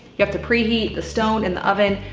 you have to preheat the stone in the oven.